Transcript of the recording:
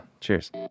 cheers